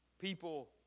people